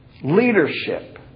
leadership